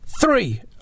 three